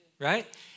right